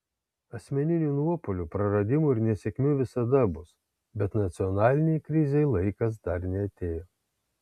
asmeninių nuopuolių praradimų ir nesėkmių visada bus bet nacionalinei krizei laikas dar neatėjo